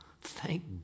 Thank